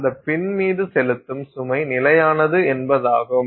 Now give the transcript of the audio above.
அந்த பின் மீது செலுத்தும் சுமை நிலையானது என்பதாகும்